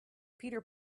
peter